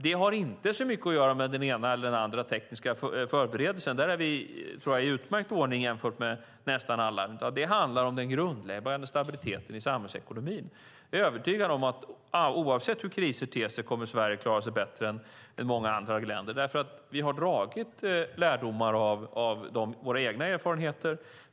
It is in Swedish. Det har inte så mycket att göra med den ena eller andra tekniska förberedelsen; där tror jag att vi är i utmärkt ordning jämfört med nästan alla. Det handlar om den grundläggande stabiliteten i samhällsekonomin. Jag är övertygad om att oavsett hur kriser ter sig kommer Sverige att klara sig bättre än många andra länder därför att vi har dragit lärdomar av våra egna erfarenheter.